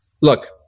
Look